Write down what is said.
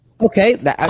Okay